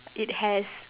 it has